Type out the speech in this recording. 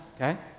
okay